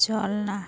চল না